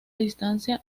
distancia